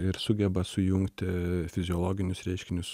ir sugeba sujungti fiziologinius reiškinius